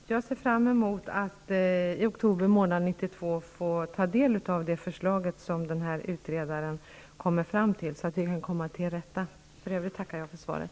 Herr talman! Jag ser fram emot att i oktober månad 1992 få ta del av det förslag som den här utredaren kommer fram till, så att vi kan komma till rätta med problemet. För övrigt tackar jag för svaret.